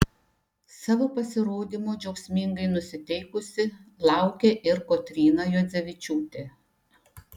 savo pasirodymo džiaugsmingai nusiteikusi laukė ir kotryna juodzevičiūtė